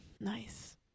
nice